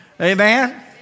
Amen